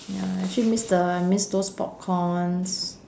ya actually miss the I miss those popcorns